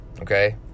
okay